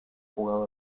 jugado